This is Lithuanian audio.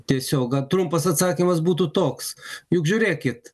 tiesiog trumpas atsakymas būtų toks juk žiūrėkit